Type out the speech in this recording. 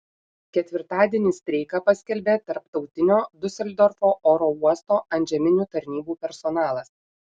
ketvirtadienį streiką paskelbė tarptautinio diuseldorfo oro uosto antžeminių tarnybų personalas